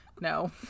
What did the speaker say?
No